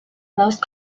most